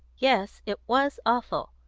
yes, it was awful.